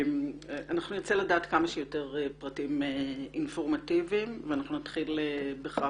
אנחנו נרצה לדעת כמה שיותר פרטים אינפורמטיביים ואנחנו נתחיל בך,